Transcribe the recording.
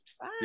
Bye